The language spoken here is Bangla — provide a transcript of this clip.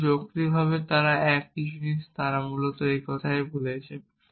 কিন্তু যৌক্তিকভাবে তারা একই জিনিস তারা মূলত একই কথা বলছে